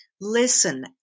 Listen